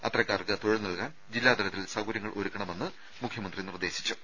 അത്തരക്കാർക്ക് തൊഴിൽ നൽകാൻ ജില്ലാ തലത്തിൽ സൌകര്യങ്ങളൊരുക്കണമെന്ന് മുഖ്യമന്ത്രി നിർദ്ദേശിച്ചു